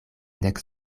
nek